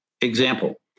Example